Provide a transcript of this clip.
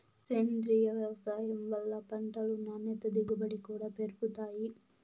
సేంద్రీయ వ్యవసాయం వల్ల పంటలు నాణ్యత దిగుబడి కూడా పెరుగుతాయి